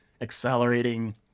accelerating